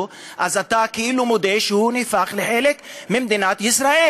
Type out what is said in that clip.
אתה כאילו מודה שהוא נהפך לחלק ממדינת ישראל.